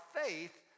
faith